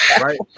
right